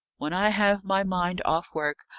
when i have my mind off work,